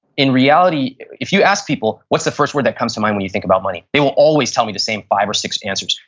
in reality if you ask people, what's the first word that comes to mind when you think about money? they will always tell me the same five or six answers.